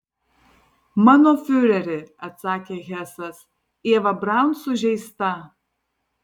mano fiureri atsakė hesas ieva braun sužeista